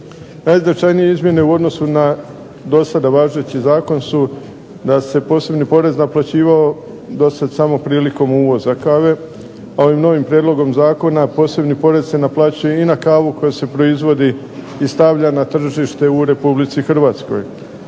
Najznačajnije izmjene u odnosu na do sada važeći zakon su da se posebni porez naplaćivao dosad samo prilikom uvoza kave, a ovim novim prijedlogom zakona posebni porez se naplaćuje i na kavu koja se proizvodi i stavlja na tržište u Republici Hrvatskoj.